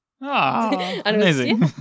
amazing